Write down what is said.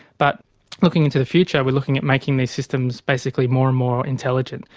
but looking into the future, we're looking at making these systems basically more and more intelligent.